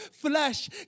flesh